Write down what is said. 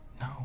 No